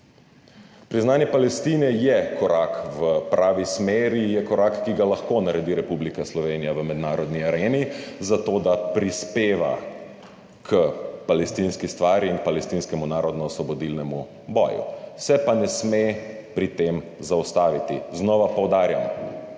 Priznanje Palestine je korak v pravi smeri. Je korak, ki ga lahko naredi Republika Slovenija v mednarodni areni za to, da prispeva k palestinski stvari in palestinskemu narodnoosvobodilnemu boju, se pa ne sme pri tem zaustaviti. Znova poudarjam,